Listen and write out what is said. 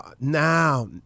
now